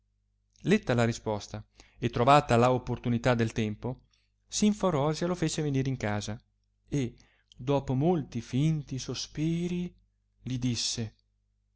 letta la risposta e trovata la opportunità del tempo simforosia lo fece venire in casa e dopo molti finti sospiri li disse